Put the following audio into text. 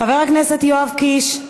חבר הכנסת יואב קיש,